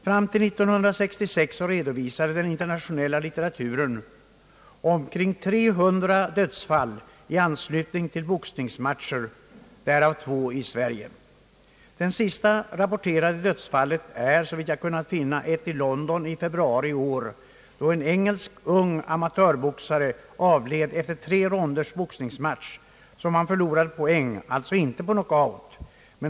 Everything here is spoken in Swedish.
Fram till 1966 redovisar den internationella litteraturen omkring 300 dödsfall i anslutning till boxningsmatcher, därav två i Sverige. Det sista rapporterade dödsfallet är, såvitt jag kunnat finna, ett i London i februari i år, då en ung engelsk amatörboxare avled efter en tre ronders boxningsmatch, som han förlorade på poäng, alltså inte på knockout.